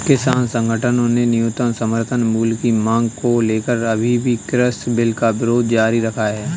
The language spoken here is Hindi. किसान संगठनों ने न्यूनतम समर्थन मूल्य की मांग को लेकर अभी भी कृषि बिल का विरोध जारी रखा है